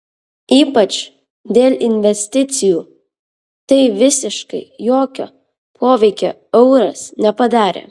ypač dėl investicijų tai visiškai jokio poveikio euras nepadarė